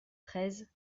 treize